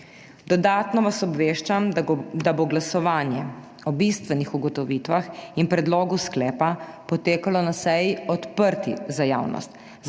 Dodatno vas obveščam, da bo glasovanje o bistvenih ugotovitvah in predlogu sklepa potekalo na seji, odprti za javnost,